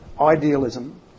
Idealism